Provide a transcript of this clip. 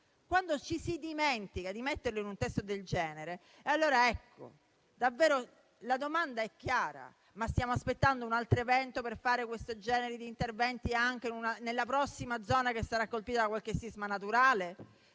quando ci si dimentica di inserirlo in un testo del genere, allora davvero la domanda è chiara: stiamo aspettando un altro evento per fare questo genere di interventi anche nella prossima zona che sarà colpita da qualche sisma naturale?